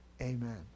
Amen